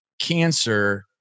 cancer